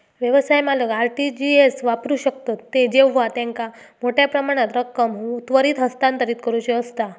व्यवसाय मालक RTGS वापरू शकतत जेव्हा त्यांका मोठ्यो प्रमाणात रक्कम त्वरित हस्तांतरित करुची असता